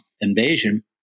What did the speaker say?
invasion